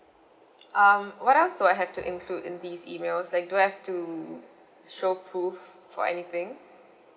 um what else do I have to include in these emails like do I have to show proof for anything